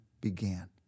began